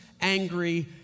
angry